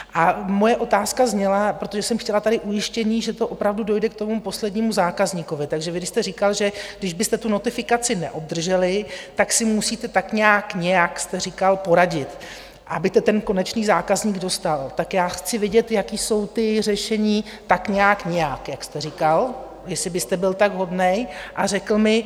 A moje otázka zněla, protože jsem chtěla tady ujištění, že to opravdu dojde k tomu poslednímu zákazníkovi, takže vy když jste říkal, že kdybyste tu notifikaci neobdrželi, tak si musíte tak nějak, nějak jste říkal, poradit, aby to ten konečný zákazník dostal, tak já chci vidět, jaká jsou ta řešení tak nějak nějak, jak jste říkal, jestli byste byl tak hodný a řekl mi.